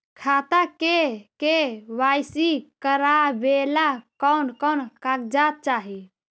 खाता के के.वाई.सी करावेला कौन कौन कागजात चाही?